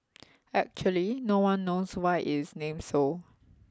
actually no one knows why it is named so